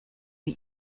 wie